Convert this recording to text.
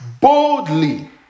boldly